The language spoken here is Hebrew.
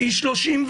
למסקנות.